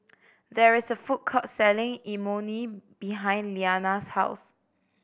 there is a food court selling Imoni behind Liana's house